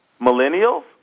Millennials